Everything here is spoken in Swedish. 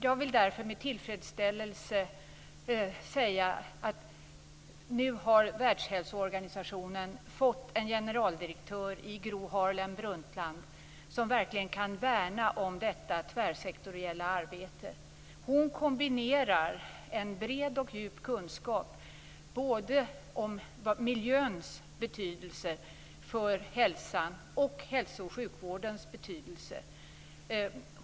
Jag vill därför med tillfredsställelse säga att Världshälsoorganisationen i Gro Harlem Brundtland fått en generaldirektör som verkligen kan värna om detta tvärsektoriella arbete. Hon kombinerar en bred och djup kunskap, både om miljöns betydelse för hälsan och om hälso och sjukvårdens betydelse.